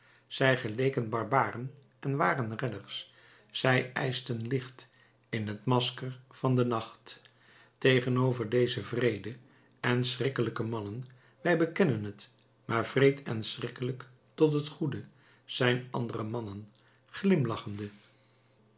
zij geleken barbaren en waren redders zij eischten licht in het masker van den nacht tegenover deze wreede en schrikkelijke mannen wij bekennen het maar wreed en schrikkelijk tot het goede zijn andere mannen glimlachende